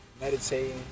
Meditating